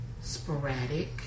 Sporadic